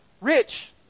Rich